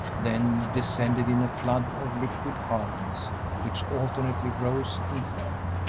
then descended in a flood of liquid harmonies which alternately rose and fell,